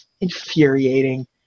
infuriating